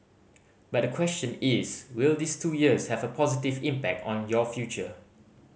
but the question is will these two years have a positive impact on your future